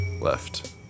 left